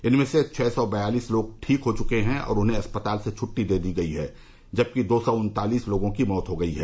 इनमें से छः सौ बयालीस लोग ठीक हो चुके हैं और उन्हें अस्पताल से छुट्टी दे दी गई है जबकि दो सौ उन्तालीस लोगों की मौत हो गई है